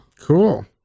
Cool